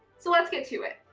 so let's get to it.